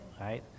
right